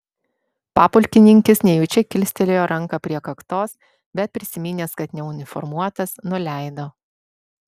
papulkininkis nejučia kilstelėjo ranką prie kaktos bet prisiminęs kad neuniformuotas nuleido